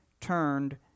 turned